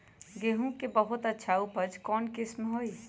गेंहू के बहुत अच्छा उपज कौन किस्म होई?